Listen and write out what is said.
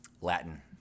Latin